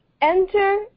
enter